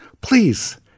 please